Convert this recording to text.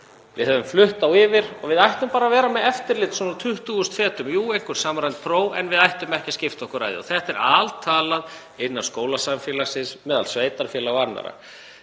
Við höfum flutt þá yfir og við ættum bara að vera með eftirlit, svona í 20.000 fetum, jú, einhver samræmd próf, en við ættum ekki að skipta okkur af þessu. Þetta er altalað innan skólasamfélagsins, meðal sveitarfélaga og annarra.